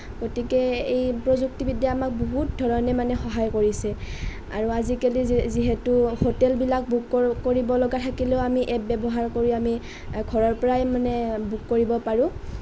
গতিকে এই প্ৰযুক্তিবিদ্যাই আমাক বহুত ধৰণে মানে সহায় কৰিছে আৰু আজিকালি যি যিহেতু হোটেলবিলাক বুক কৰি কৰিবলগা থাকিলেও এপ ব্যৱহাৰ কৰি আমি ঘৰৰ পৰাই মানে বুক কৰিব পাৰোঁ